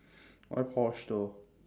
why porsche though